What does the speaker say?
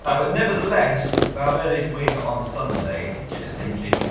ah but nevertheless, valverde's win on sunday did get us thinking,